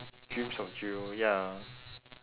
dreams of jiro ya ah